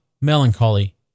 melancholy